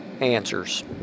answers